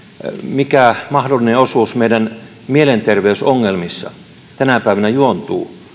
mikä mahdollinen osuus meidän mielenterveysongelmissa tänä päivänä juontuu